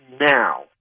now